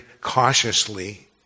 cautiously